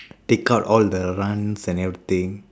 take out all the runs and everything